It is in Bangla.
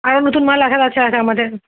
আরও নতুন মাল আসার আছে আশা আমাদের